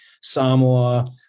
Samoa